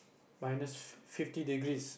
minus fifty degrees